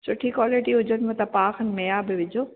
सुठी क्वालिटी हुजनव त पाउ खनि मेहा बि विझो